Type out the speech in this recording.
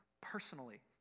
personally